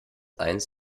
eins